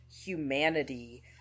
humanity